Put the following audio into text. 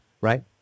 right